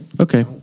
Okay